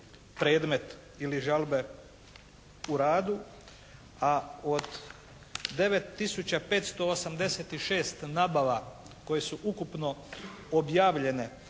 predmet ili žalbe u radu. A od 9 tisuća 586 nabava koje su ukupno objavljene